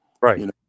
Right